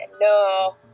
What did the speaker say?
no